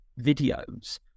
videos